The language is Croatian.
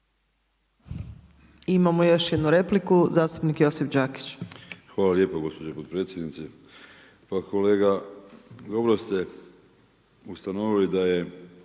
Imamo još jednu repliku. Zastupnik Josip Đakić. **Đakić, Josip (HDZ)** Hvala lijepo gospođo potpredsjednice. Kolega, dobro ste ustanovili da je